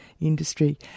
industry